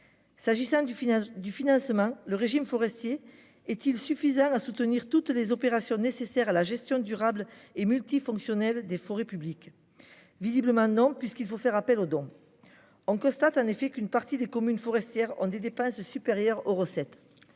question du financement. Le régime forestier est-il suffisant à soutenir toutes les opérations nécessaires à la gestion durable et multifonctionnelle des forêts publiques ? Visiblement non, puisqu'il faut faire appel aux dons. Nous constatons en effet qu'une partie des communes forestières ont des dépenses supérieures aux recettes.